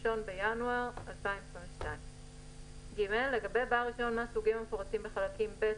(1 בינואר 2022). לגבי בעל רישיון מהסוגים המפורטים בחלקים ב',